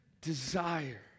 desire